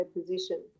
position